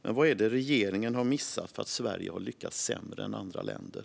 Men vad är det som regeringen har missat, eftersom Sverige har lyckats sämre än andra länder?